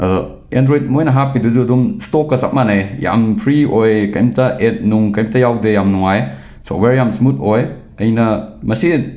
Android ꯃꯣꯏꯅ ꯍꯥꯞꯄꯤꯗꯨꯁꯨ ꯑꯗꯨꯝ ꯁ꯭ꯇꯣꯛꯀ ꯆꯞ ꯃꯥꯟꯅꯩ ꯌꯥꯝꯅ ꯐ꯭ꯔꯤ ꯑꯣꯏ ꯀꯩꯝꯇ ꯑꯦꯠ ꯅꯨꯡ ꯀꯩꯝꯇ ꯌꯥꯎꯗꯦ ꯌꯥꯝ ꯅꯨꯡꯉꯥꯏ ꯁꯣꯞꯋꯦꯔ ꯌꯥꯝ ꯁ꯭ꯃꯨꯠ ꯑꯣꯏ ꯑꯩꯅ ꯃꯁꯦ